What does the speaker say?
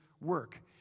work